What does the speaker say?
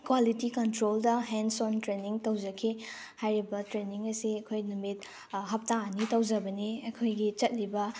quality controlled hands on training ꯇꯧꯖꯈꯤ ꯍꯥꯏꯔꯤꯕ training ꯑꯁꯦ ꯑꯩꯈꯣꯏ ꯅꯨꯃꯤꯠ ꯍꯞꯇꯥ ꯑꯅꯤ ꯇꯧꯖꯕꯅꯤ ꯑꯩꯈꯣꯏꯒꯤ ꯆꯠꯂꯤꯕ